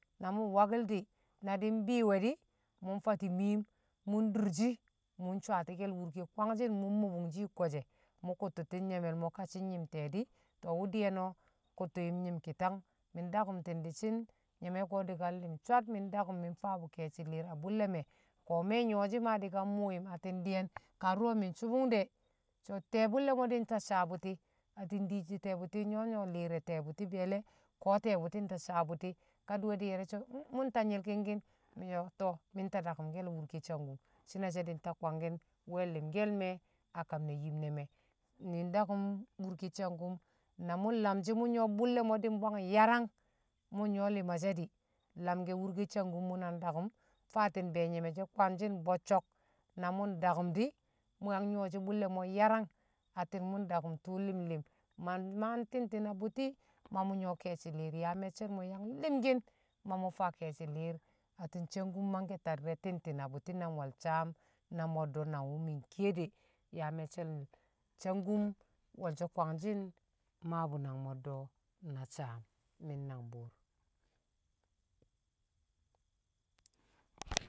Na mṵ nwaki̱l di̱ na di̱ mbi̱i̱ we̱di̱ mṵ fati̱ miim mṵ ndurshi mṵ swati̱ke̱l wurke kwanghi̱n mṵ mmobun shi̱ a kwe̱she̱ mṵ kṵttṵti̱n nyii̱me̱l mo̱ kashi̱n myi̱m te̱e̱ di̱ to wu̱ di̱ye̱n o̱ kṵttṵyi̱m nyi̱m- ki̱tang mi̱ ndakṵmti̱n di̱shi̱n nyi̱me̱ ko̱ di̱kan li̱m swad mi̱ ndakṵm mi̱ mfaabṵ ke̱e̱shi̱ li̱i̱r a bṵlle̱ me̱ ko̱ me̱ nyo̱ shi ma di̱ kan mṵṵyi̱m atti̱n di̱ye̱n ka dṵro̱ mi̱ nsṵbi̱ng so̱ ti̱ye̱ bṵlle̱ mo̱ di̱ nta saa bṵti̱ atti̱n dishe ti̱ye̱ bṵti̱ nyo nyo̱ li̱r re̱ ti̱ye̱ bu̱ti be̱e̱le̱ ko tiye buti tawe̱ sa buti kadi̱we̱ ye̱ shi̱ so̱ ko mṵ mta nyi̱lki̱ng ki̱n misho to mi̱ ta dakṵmke̱l wurke sangkum shi̱ne̱ she̱ di̱ ta kwangki̱n me̱ himke̱l a kam ne̱ yim ne̱ me̱ mi̱ ndakṵm wurke sangkum na mṵ namshi̱ bṵlle̱ mo̱ di̱ mbwang yarang mṵ nyo lima she̱ di̱ lamke wurke sangkum mṵ nadakum faati̱n be̱e̱ nyi̱me̱ kwangshi̱n bo̱cco̱k na mṵ ndakṵm di̱ mṵ yang nyo̱shi bṵlle̱ mo̱ yarang atti̱n mṵ dakum tṵṵ li̱mlim ma mmaa tem- tem a abṵti̱, mamṵ nyṵwo̱ ke̱e̱shi̱ li̱r yaa ne̱cce̱l mo̱ yang li̱mki̱n ma mṵ faa ke̱e̱shi̱ hi̱r atti̱n sangkum mangke̱ ta di̱re̱ tem- tem bṵti̱ nang wel saam ne mo̱ddo̱ nang wṵ mi̱ kiye de ya maccel sangkum wol sho kwanshin mabu nang moddo na saam mi̱n nangbṵṵr.